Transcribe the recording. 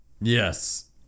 Yes